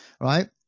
right